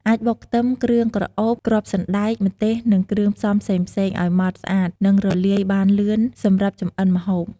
អាចបុកខ្ទឹម គ្រឿងក្រអូប គ្រាប់សណ្តែក ម្ទេស និងគ្រឿងផ្សំផ្សេងៗ ឲ្យម៉ត់ ស្អាត និងរំលាយបានលឿនសម្រាប់ចម្អិនម្ហូប។